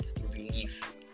relief